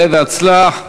עלה והצלח.